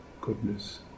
goodness